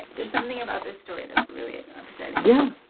there's something about this story that's really upsetting yeah